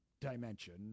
dimension